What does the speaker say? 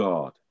God